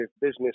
business